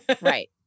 Right